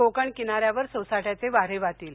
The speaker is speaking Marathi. कोकण किनार्यानवर सोसाट्याचे वारे वाहतील